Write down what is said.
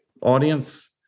audience